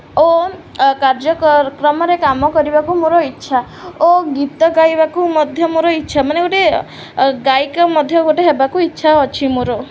ଓ କାର୍ଯ୍ୟକ୍ରମରେ କାମ କରିବାକୁ ମୋର ଇଚ୍ଛା ଓ ଗୀତ ଗାଇବାକୁ ମଧ୍ୟ ମୋର ଇଚ୍ଛା ମାନେ ଗୋଟେ ଗାୟିକା ମଧ୍ୟ ଗୋଟେ ହେବାକୁ ଇଚ୍ଛା ଅଛି ମୋର